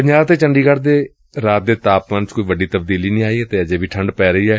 ਪੰਜਾਬ ਅਤੇ ਚੰਡੀਗੜ ਚ ਰਾਤ ਦੇ ਤਾਪਮਾਨ ਚ ਕੋਈ ਵੱਡੀ ਤਬਦੀਲੀ ਨਹੀ ਆਈ ਤੇ ਅਜੇ ਵੀ ਠੰਡ ਪੈ ਰਹੀ ਏ